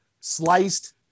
sliced